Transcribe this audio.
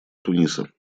туниса